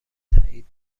تایید